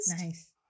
Nice